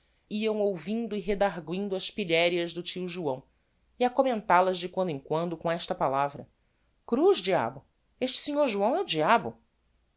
iam ouvindo e redarguindo ás pilherias do tio joão e a commental as de quando em quando com esta palavra cruz diabo este sinhô joão é o diabo